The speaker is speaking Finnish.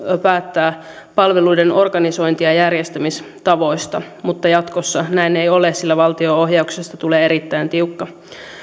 päättää palveluiden organisointi ja ja järjestämistavoista mutta jatkossa näin ei ole sillä valtio ohjauksesta tulee erittäin tiukka